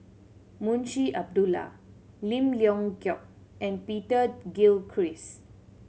Munshi Abdullah Lim Leong Geok and Peter Gilchrist